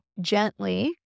gently